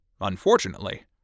Unfortunately